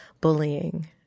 bullying